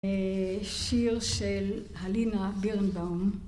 שיר של הלינה בירנבאום